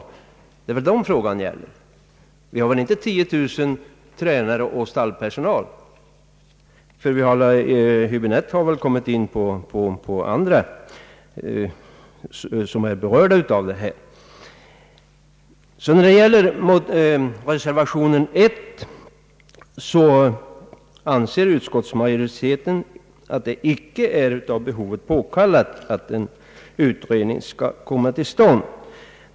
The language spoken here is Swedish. Det är dem hela frågan gäller, och det finns väl inte 10 000 personer av denna kategori. Herr Häbinette har nog därvid räknat med även andra som är berörda av denna fråga. När det gäller reservationen 1 anser utskottsmajoriteten att det icke är av behovet påkallat att en utredning kommer till stånd.